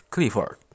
Clifford